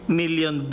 million